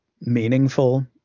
meaningful